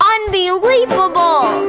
Unbelievable